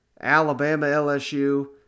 Alabama-LSU